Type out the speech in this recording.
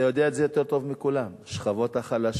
אתה יודע את זה יותר טוב מכולם, השכבות החלשות,